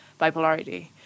bipolarity